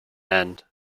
end